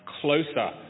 closer